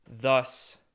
thus